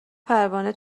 پروانه